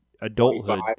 adulthood